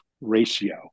ratio